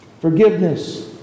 forgiveness